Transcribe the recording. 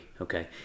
okay